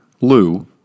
Lou